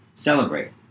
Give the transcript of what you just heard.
celebrate